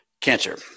cancer